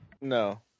No